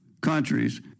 countries